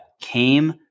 came